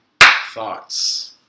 thoughts